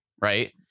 Right